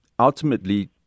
ultimately